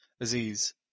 Aziz